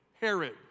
Herod